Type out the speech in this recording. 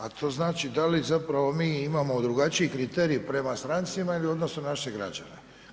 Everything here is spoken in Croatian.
A to znači da li zapravo mi imamo drugačiji kriterij prema strancima ili u odnosu na naše građanima.